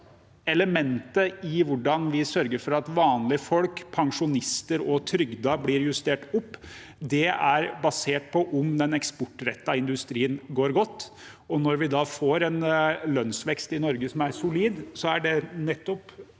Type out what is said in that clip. elementet i hvordan vi sørger for at vanlige folk, pensjonister og trygder blir justert opp, er basert på om den eksportrettede industrien går godt. Når vi da får en lønnsvekst i Norge som er solid, er det nettopp